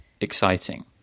exciting